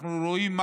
אנחנו רואים את